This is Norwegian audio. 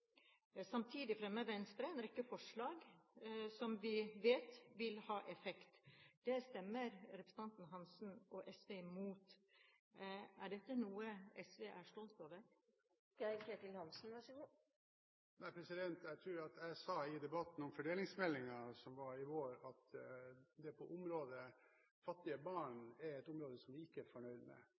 Samtidig fremmer Venstre en rekke forslag vi vet vil ha effekt. Det stemmer representanten Hansen og SV imot. Er dette noe SV er stolt over? Jeg tror jeg sa i debatten om fordelingsmeldingen i vår at det området som gjelder fattige barn, er et område vi ikke er fornøyd med,